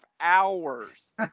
hours